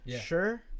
sure